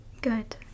good